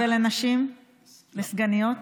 ולנשים, לסגניות?